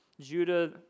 Judah